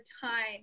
time